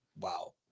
wow